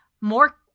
more